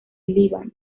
líbano